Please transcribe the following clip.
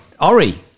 Ori